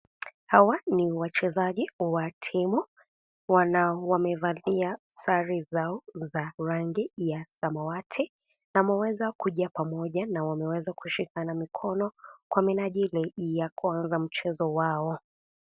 Hawa ni wachezaji wa timu wamevalia sare zao za rangi ya samawati . Wameweza kuna pamoja na wameweza kushikana mikono Kwa minajili ya kuanza mchezo wao.